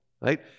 right